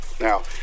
Now